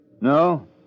No